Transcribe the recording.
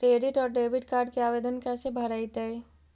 Credit और debit card के आवेदन कैसे भरैतैय?